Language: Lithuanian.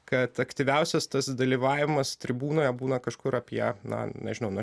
kad aktyviausias tas dalyvavimas tribūnoje būna kažkur apie na nežinau na